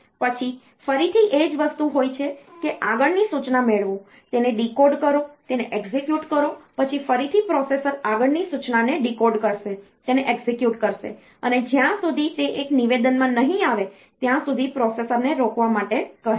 પછી ફરીથી એ જ વસ્તુ હોય છે કે આગળની સૂચના મેળવો તેને ડીકોડ કરો તેને એક્ઝિક્યુટ કરો પછી ફરીથી પ્રોસેસર આગળની સૂચનાને ડીકોડ કરશે તેને એક્ઝિક્યુટ કરશે અને જ્યાં સુધી તે એક નિવેદનમાં નહીં આવે ત્યાં સુધી પ્રોસેસરને રોકવા માટે કહે છે